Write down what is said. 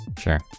sure